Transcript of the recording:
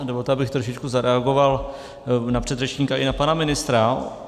Dovolte, abych trošičku zareagoval na předřečníka i na pana ministra.